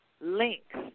links